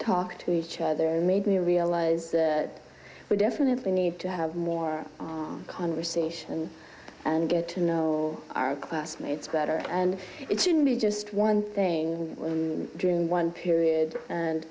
talk to each other and made me realize that we definitely need to have more conversation and get to know our classmates better and it shouldn't be just one thing and one period and